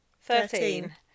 Thirteen